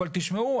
אבל תשמעו,